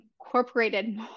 incorporated